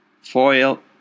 foil